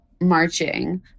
marching